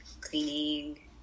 cleaning